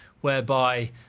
whereby